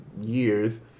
years